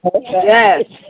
Yes